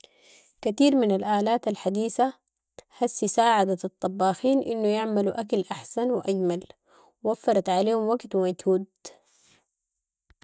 كتير من الالات الحديثه هسي ساعدت الطباخين انو يعملو اكل احسن و اجمل و وفرت عليهم وقت و مجهود.